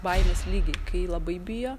baimės lygai kai labai bijo